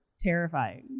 terrifying